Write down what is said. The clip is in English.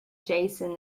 jason